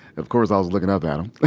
of course, i was looking up at um